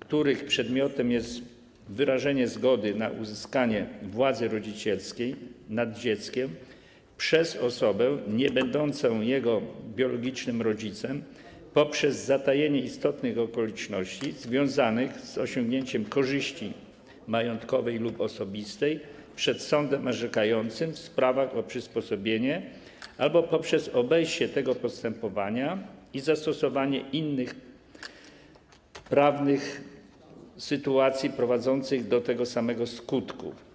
których przedmiotem jest wyrażenie zgody na uzyskanie władzy rodzicielskiej nad dzieckiem przez osobę niebędącą jego biologicznym rodzicem poprzez zatajenie istotnych okoliczności związanych z osiągnięciem korzyści majątkowej lub osobistej przed sądem orzekającym w sprawach o przysposobienie albo poprzez obejście tego postępowania i zastosowanie innych prawnych instytucji prowadzących do tego samego skutku.